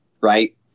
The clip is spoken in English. right